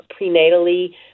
prenatally